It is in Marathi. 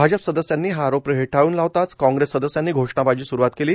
भाजप सदस्यांनी हा आरोप फेटाळून लावताच काँग्रेस सदस्यांनी घोषणाबाजी सुरुवात केली